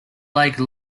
lake